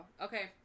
okay